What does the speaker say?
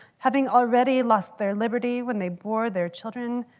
having already lost their liberty when they bore their children,